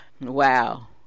Wow